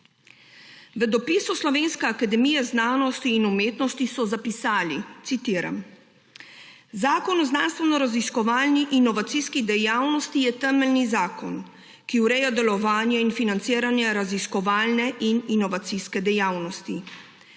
V dopisu Slovenske akademije znanosti in umetnosti so zapisali, »Zakon o znanstvenoraziskovalni in inovacijski dejavnosti je temeljni zakon, ki ureja delovanje in financiranje raziskovalne in inovacijske dejavnosti.